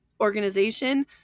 organization